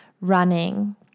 running